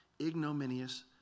ignominious